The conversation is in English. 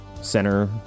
Center